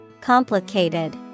Complicated